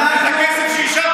אישרתם,